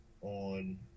on